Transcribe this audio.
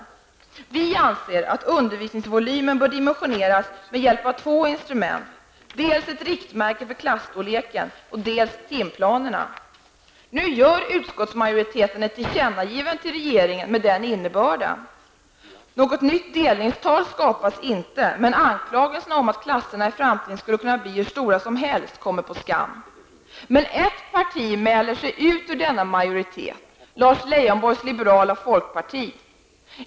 Vi anser att undervisningsvolymen bör dimensioneras med hjälp av två instrument, dels ett riktmärke för klasstorleken, dels timplanerna. Nu hemställer utskottsmajoriteten att det skall göras ett tillkännagivande till regeringen med den innebörden. Något nytt delningstal skapas inte, men farhågorna för att klasserna i framtiden skulle kunna bli hur stora som helst kommer på skam. Ett parti mäler sig dock ut ur denna majoritet, Lars Leijonborgs liberala folkparti.